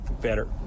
better